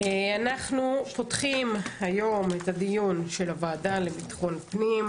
אנחנו פותחים את הדיון של הוועדה לביטחון הפנים,